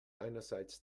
einerseits